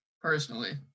personally